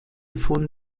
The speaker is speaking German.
von